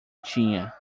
tinha